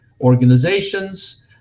organizations